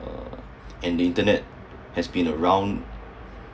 uh and the internet has been around